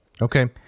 okay